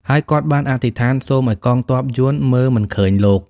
ហើយគាត់បានអធិដ្ឋានសូមឲ្យកងទ័ពយួនមើលមិនឃើញលោក។